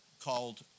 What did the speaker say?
called